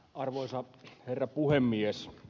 arvoisa herra puhemies